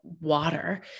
water